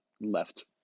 left